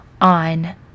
on